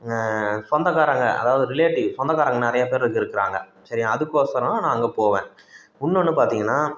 சொந்தக்காரங்கள் அதாவது ரிலேட்டிவ் சொந்தக்காரங்கள் நிறைய பேர் இங்கே இருக்கிறாங்க சரியா அதுக்கோசரம் நான் அங்கே போவேன் இன்னொன்னு பார்த்தீங்கன்னா